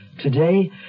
Today